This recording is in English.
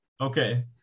Okay